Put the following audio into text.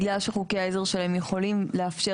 בגלל שחוקי העזר שלהן יכולים לאפשר